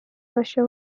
داشه